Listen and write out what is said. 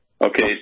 okay